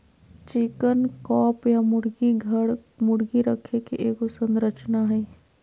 chicken coop या मुर्गी घर, मुर्गी रखे के एगो संरचना हइ